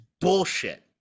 bullshit